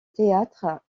théâtre